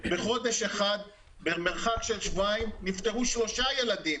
בחודש אחד במרחק של שבועיים נפטרו שלושה ילדים.